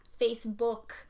Facebook